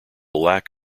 lack